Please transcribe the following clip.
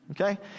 okay